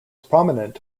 prominent